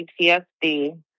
PTSD